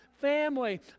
family